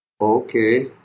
okay